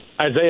Isaiah